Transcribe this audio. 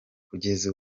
kugeza